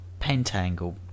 Pentangle